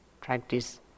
practice